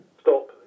stop